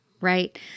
right